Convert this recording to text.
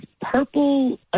purple